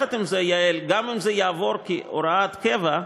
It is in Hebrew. עם זה, יעל, גם אם זה יעבור כהוראת קבע,